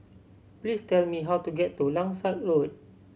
please tell me how to get to Langsat Road